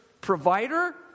provider